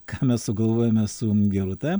ką mes sugalvojome su gerūta